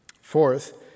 Fourth